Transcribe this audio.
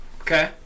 Okay